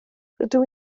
rydw